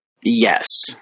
yes